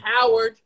Howard